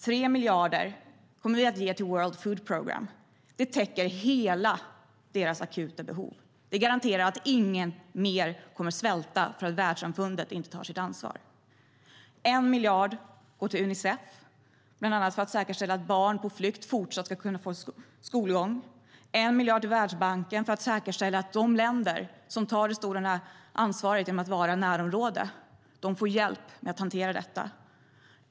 3 miljarder kommer vi att ge till World Food Programme. Det täcker hela deras akuta behov. Det garanterar att ingen mer kommer att svälta för att världssamfundet inte tar sitt ansvar. 1 miljard går till Unicef, bland annat för att säkerställa att barn på flykt fortsatt ska kunna få skolgång. 1 miljard går till Världsbanken för att säkerställa att de länder som tar det stora ansvaret genom att vara närområde får hjälp med att hantera detta.